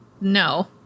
No